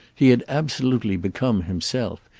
he had absolutely become, himself,